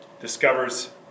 discovers